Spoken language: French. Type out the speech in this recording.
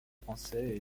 français